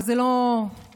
וזה לא מספיק.